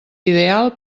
ideal